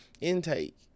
Intake